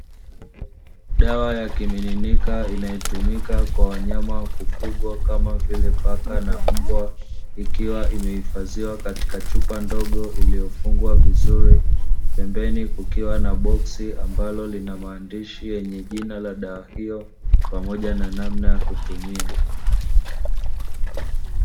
Dawa ya kimiminika inayotumika kwa wanyama wakufugwa kama vile paka na mbwa ikiwa imehifadhiwa katika chupa ndogo, iliyofungwa vizuri pembeni kukiwa na boksi ambalo linamaandishi yenye jina la dawa hiyo na namna ya kutumia.